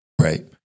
Right